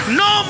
no